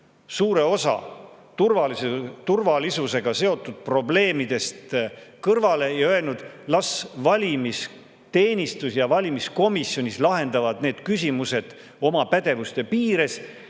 suure osa turvalisusega seotud probleemidest kõrvale ja öelnud, et las valimisteenistus ja valimiskomisjon lahendavad oma pädevuse piires